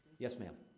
yes, ma'am?